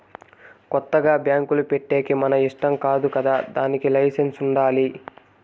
కొత్తగా బ్యాంకులు పెట్టేకి మన ఇష్టం కాదు కదా దానికి లైసెన్స్ ఉండాలి